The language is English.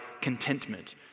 contentment